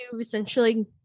essentially